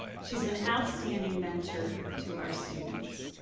she's an outstanding mentor to our students.